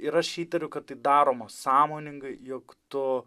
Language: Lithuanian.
ir aš įtariu kad tai daroma sąmoningai jog tu